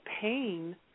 pain